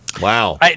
Wow